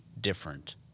different